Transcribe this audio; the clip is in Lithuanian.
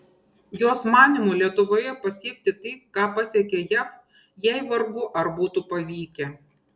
jos manymu lietuvoje pasiekti tai ką pasiekė jav jai vargu ar būtų pavykę